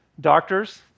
Doctors